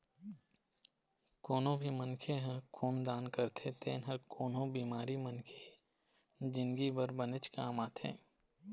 कोनो भी मनखे ह खून दान करथे तेन ह कोनो बेमार मनखे के जिनगी बर बनेच काम आथे